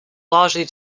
largely